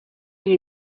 you